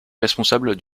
responsable